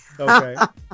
Okay